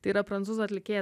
tai yra prancūzų atlikėja